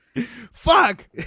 fuck